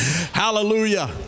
hallelujah